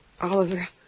Oliver